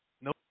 No